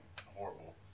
horrible